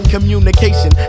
Communication